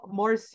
more